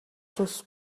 зүйлс